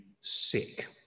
sick